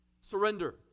Surrender